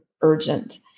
urgent